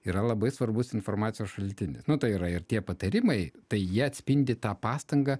yra labai svarbus informacijos šaltinis nu tai yra ir tie patarimai tai jie atspindi tą pastangą